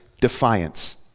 defiance